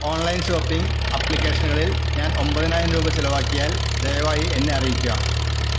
online shopping ആപ്ലിക്കേഷനുകളിൽ ഞാൻ ഒമ്പതിനായിരം രൂപ ചിലവാക്കിയാൽ ദയവായി എന്നെ അറിയിക്കുക